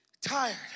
Tired